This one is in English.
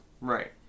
Right